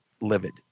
livid